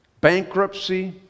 bankruptcy